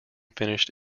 finished